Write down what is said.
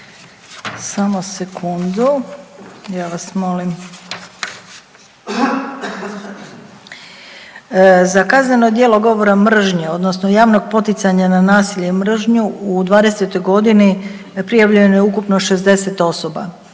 Samo sekundu ja vas molim. Za kazneno djelo govora mržnje odnosno javnog poticanja na nasilje i mržnju u '20. godini prijavljeno je ukupno 60 osoba